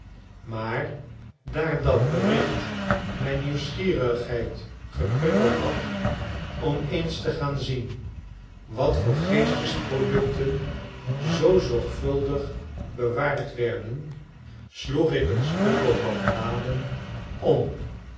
maar daar dat bericht mijn nieuwsgierigheid geprikkeld had om eens te gaan zien wat voor geestesproducten zoo zorgvuldig bewaard werden sloeg ik een stuk of wat bladen om